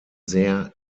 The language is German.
sehr